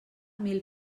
mil